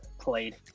played